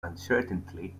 uncertainty